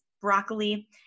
broccoli